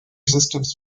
systems